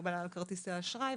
הגבלה על כרטיסי האשראי,